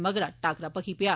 मगरा टाकरा भखी पेआ